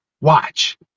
watch